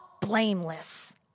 blameless